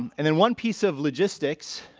and, then one piece of logistics